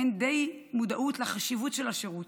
אין די מודעות לחשיבות של השירות.